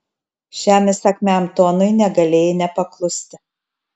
šiam įsakmiam tonui negalėjai nepaklusti